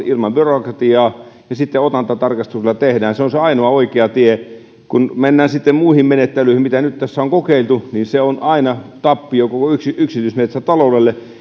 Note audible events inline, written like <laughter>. <unintelligible> ilman byrokratiaa ja sitten otantatarkastuksella tehdään on se ainoa oikea tie kun mennään sitten muihin menettelyihin joita nyt tässä on kokeiltu niin se on aina tappio koko yksityismetsätaloudelle <unintelligible>